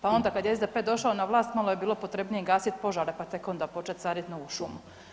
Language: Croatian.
Pa onda kad je SDP došao na vlast malo je bilo potrebnije gasit požar, pa tek onda počet sadit novu šumu.